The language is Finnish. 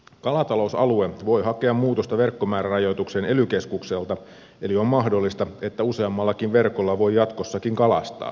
kalatalousalue voi hakea muutosta verkkomäärärajoitukseen ely keskukselta eli on mahdollista että useammallakin verkolla voi jatkossakin kalastaa